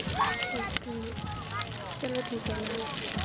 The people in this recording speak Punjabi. ਓਕੇ ਚਲੋ ਠੀਕ ਹੈ ਮੈਮ